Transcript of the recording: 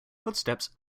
footsteps